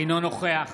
אינו נוכח